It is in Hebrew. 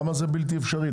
למה זה בלתי אפשרי?